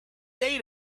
day